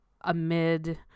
amid